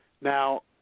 Now